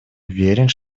уверен